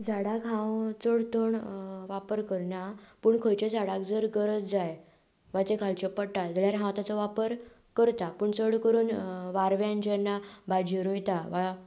झाडाक हांव चड तोण वापर करना पूण खंयच्या झाडाक जर गरज जाय वा जें घालचें पडटा जाल्यार हांव ताचो वापर करतां पूण चड करून वारव्यान जेन्ना भाजयो रोयता वा